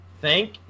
Thank